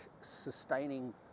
sustaining